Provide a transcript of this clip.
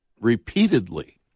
Repeatedly